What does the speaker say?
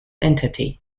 entity